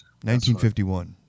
1951